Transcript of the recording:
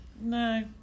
no